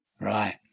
Right